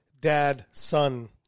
dad-son